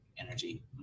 energy